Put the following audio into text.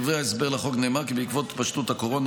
בדברי ההסבר לחוק נאמר כי "בעקבות התפשטות הקורונה,